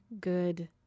good